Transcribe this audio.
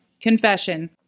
confession